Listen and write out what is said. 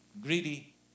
greedy